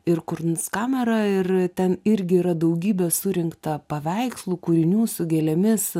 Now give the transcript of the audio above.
ir kur kamera ir ten irgi yra daugybė surinkta paveikslų kūrinių su gėlėmis